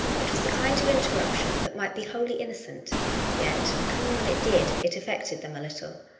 it was the kind of interrup tion that might be wholly innocent yet, coming when it did, it affected them a little.